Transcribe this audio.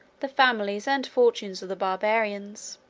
the families and fortunes of the barbarians.